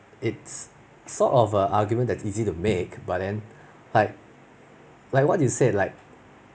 it's sort of a argument that easy to make but then like like what you say like